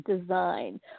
design